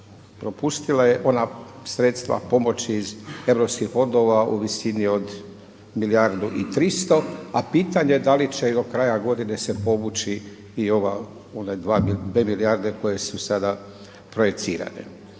propustila je ona sredstva pomoći iz EU fondova u visini od milijardu i 300, a pitanje da li će do kraja godine se povući i ova, one 2 milijarde koje su sada projicirane.